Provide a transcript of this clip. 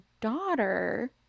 daughter